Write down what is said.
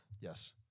Yes